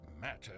matter